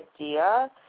idea